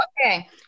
Okay